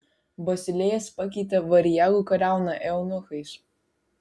basilėjas pakeitė variagų kariauną eunuchais